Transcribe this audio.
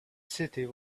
city